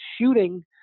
shooting